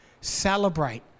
celebrate